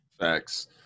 Facts